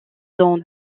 dans